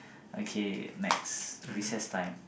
okay next recess time